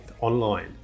online